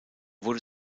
wurde